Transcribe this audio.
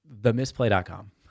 themisplay.com